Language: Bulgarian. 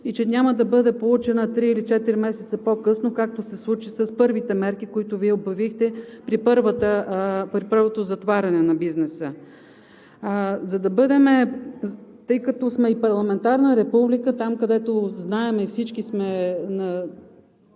и че няма да бъде получена три или четири месеца по-късно, както се случи с първите мерки, които Вие обявихте, при първото затваряне на бизнеса. Тъй като сме и парламентарна република, там, където знаем, и всички